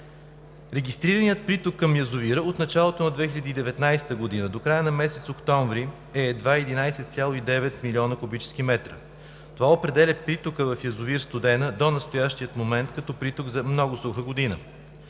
Регистрираният приток към язовира от началото на 2019 г. до края на месец октомври е едва 11,9 млн. куб. м. Това определя притока в язовир „Студена“ до настоящия момент като приток за много суха година.